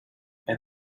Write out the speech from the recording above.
and